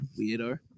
weirdo